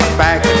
back